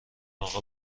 اقا